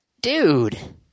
Dude